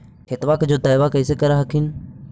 खेतबा के जोतय्बा कैसे कर हखिन?